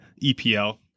EPL